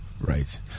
Right